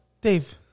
Dave